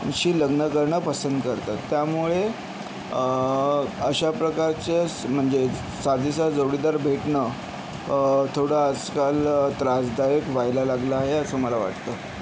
शी लग्न करणं पसंत करतात त्यामुळे अशा प्रकारच्याच म्हणजे साजेसा जोडीदार भेटणं थोडं आजकाल त्रासदायक व्हायला लागलं आहे असं मला वाटतं